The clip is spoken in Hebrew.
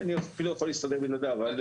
אני אפילו יכול להסתדר בלעדיו.